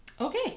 Okay